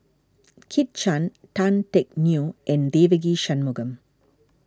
Kit Chan Tan Teck Neo and Devagi Sanmugam